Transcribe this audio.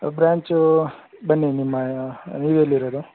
branch ಬನ್ನಿ ನಿಮ್ಮ ನೀವೆಲ್ಲಿರೋದು